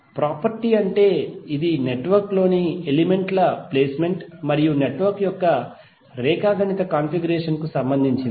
property అంటే ఇది network లోని ఎలిమెంట్ల ప్లేస్మెంట్ మరియు నెట్వర్క్ యొక్క రేఖాగణిత కాన్ఫిగరేషన్ కు సంబంధించినది